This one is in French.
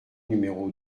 numéro